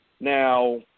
Now